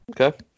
Okay